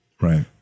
Right